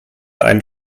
ein